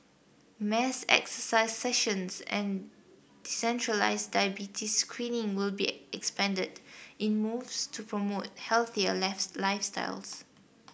mass exercise sessions and centralised diabetes screening will be expanded in moves to promote healthier lifestyles